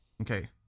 Okay